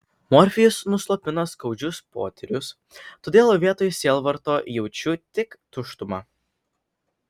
morfijus nuslopina skaudžius potyrius todėl vietoj sielvarto jaučiu tik tuštumą